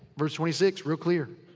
verse twenty six real clear.